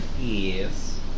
Yes